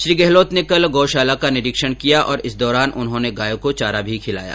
श्री गहलोत ने कल गौशाला का निरीक्षण किया और इस दौरान उन्होंने गायों को चारा भी खिलाया